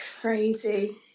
crazy